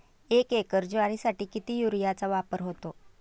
एक एकर ज्वारीसाठी किती युरियाचा वापर होतो?